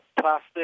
plastic